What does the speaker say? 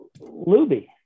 Luby